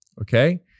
okay